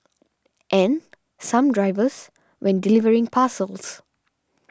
and some drivers when delivering parcels